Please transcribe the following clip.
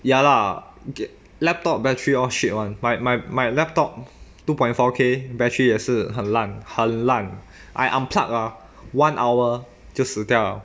ya lah g~ laptop battery all shit [one] my my my laptop two point four K battery 也是很烂很烂 I unplug ah one hour 就死掉了